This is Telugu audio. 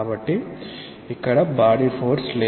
కాబట్టి ఇక్కడ బాడీ ఫోర్స్ లేదు